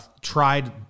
tried